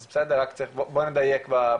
אז בוא נדייק בפרטים.